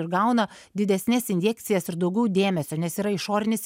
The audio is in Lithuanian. ir gauna didesnes injekcijas ir daugiau dėmesio nes yra išorinis